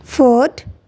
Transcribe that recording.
ford